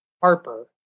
Harper